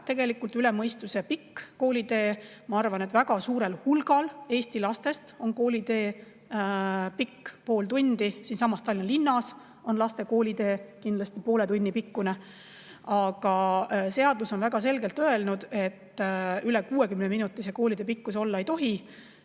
tegelikult üle mõistuse pikk koolitee. Ma arvan, et väga suurel hulgal Eesti lastest kulub kooliminekuks pool tundi. Siinsamas Tallinna linnas on laste koolitee kindlasti [sageli] poole tunni pikkune. Aga seadus on väga selgelt öelnud, et üle 60 minuti kooli minekuks kuluda ei tohi.